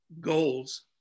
goals